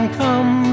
come